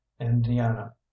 indiana